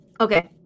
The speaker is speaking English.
Okay